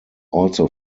also